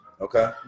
okay